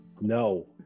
No